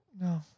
No